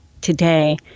Today